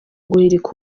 guhirika